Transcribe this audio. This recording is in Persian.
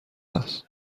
است